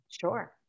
Sure